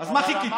אז מה חיכיתם?